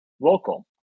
local